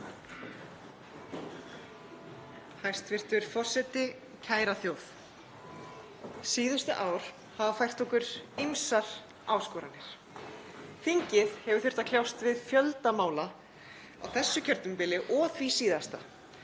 Hæstv. forseti. Kæra þjóð. Síðustu ár hafa fært okkur ýmsar áskoranir. Þingið hefur þurft að kljást við fjölda mála á þessu kjörtímabili og því síðasta;